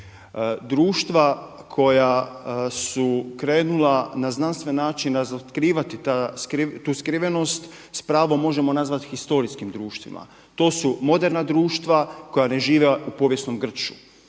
Društva koja su krenula na znanstven način razotkrivati tu skrivenost s pravom možemo nazvati historijskim društvima. To su moderna društva koja ne žive u povijesnom grču.